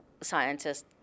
scientists